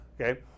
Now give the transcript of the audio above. okay